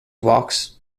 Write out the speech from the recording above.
walks